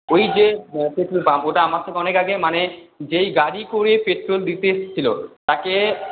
ওই যে petrol pump ওটা আমার থেকে অনেক আগে মানে যেই গাড়ি করে পেট্রোল দিতে এসেছিল তাকে